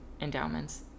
endowments